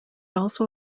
also